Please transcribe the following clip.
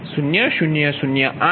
હવે આ ખોટનુ સમીકરણ B110